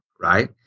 right